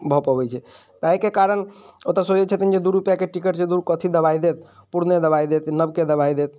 भऽ पबै छै तैके कारण ओ तऽ सोचै छथिन जे दू रुपैआके टिकट छै तऽ धुर कथी दबाइ देत पुरने दबाइ देत नबके दबाइ देत